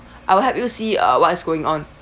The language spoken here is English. I will help you see uh what's going on